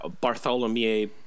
Bartholomew